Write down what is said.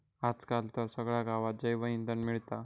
आज काल तर सगळ्या गावात जैवइंधन मिळता